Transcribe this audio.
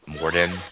morden